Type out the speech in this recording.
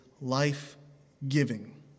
life-giving